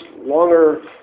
longer